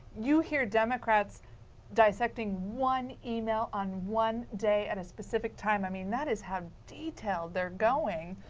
you hear democrats dissecting one email on one day at a specific time. i mean that is how detailed they are going.